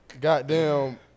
Goddamn